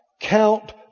count